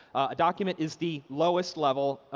a document is the lowest level,